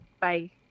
Bye